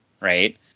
Right